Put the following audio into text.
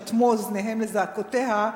אשר אטמו אוזניהם לזעקותיה,